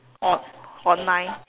on~ online